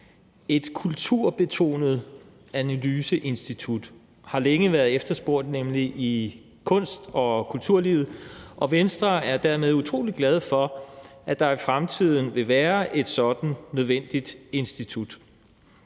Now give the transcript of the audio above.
Et kulturbetonet analyseinstitut har længe været efterspurgt, nemlig i kunst- og kulturlivet, og Venstre er dermed utrolig glade for, at der i fremtiden vil være et sådant nødvendigt institut.